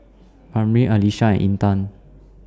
Amrin Alyssa and Intan